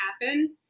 happen